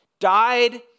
died